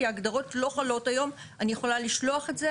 כי ההגדרות לא חלות היום אני יכולה לשלוח את זה